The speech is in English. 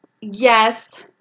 yes